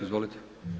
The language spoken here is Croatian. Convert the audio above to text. Izvolite.